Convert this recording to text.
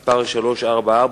תושב בני-ברק